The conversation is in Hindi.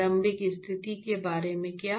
प्रारंभिक स्थिति के बारे में क्या